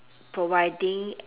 providing